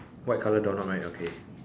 white colour doorknob right okay